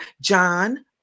John